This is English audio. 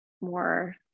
more